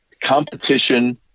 Competition